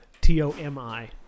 T-O-M-I